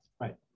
Right